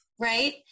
right